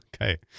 Okay